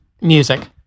Music